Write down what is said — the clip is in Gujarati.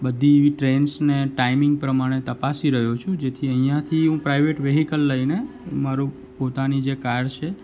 બધી એવી ટ્રેન્સને ટાઈમિંગ પ્રમાણે તપાસી રહ્યો છું જેથી અહીંયા હું પ્રાઈવેટ વિહીકલ લઈને હું મારું પોતાની જે કાર છે